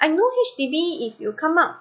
I know H_D_B if you will come up